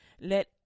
Let